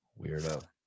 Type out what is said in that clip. Weirdo